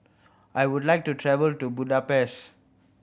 I would like to travel to Budapest